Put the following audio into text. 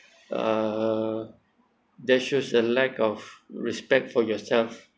uh that shows a lack of respect for yourself